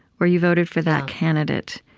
or you voted for that candidate,